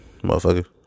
Motherfucker